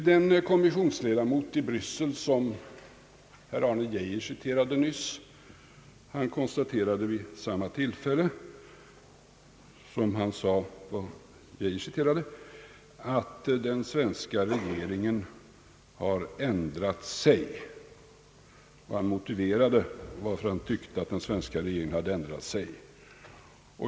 Den kommissionsledamot i Bryssel, som herr Arne Geijer citerade nyss, konstaterade vid det tillfälle, då han sade vad herr Geijer citerade, att den svenska regeringen »har ändrat sig». Han motiverade också varför han tyckte att den svenska regeringen hade ändrat sig.